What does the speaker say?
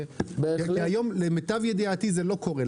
היום למיטב ידיעתי זה לא קורה.